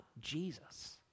Jesus